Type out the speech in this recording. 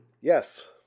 Yes